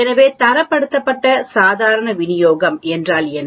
எனவே தரப்படுத்தப்பட்ட சாதாரண விநியோகம் என்றால் என்ன